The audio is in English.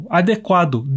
adequado